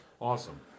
Awesome